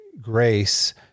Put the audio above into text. grace